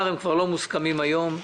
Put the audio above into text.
הם כבר לא מוסכמים היום.